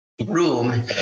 room